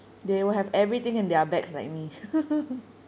they will have everything in their bags like me